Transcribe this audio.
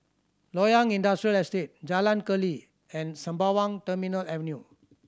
Loyang Industrial Estate Jalan Keli and Sembawang Terminal Avenue